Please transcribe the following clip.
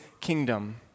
kingdom